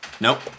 Nope